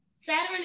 Saturn